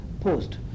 post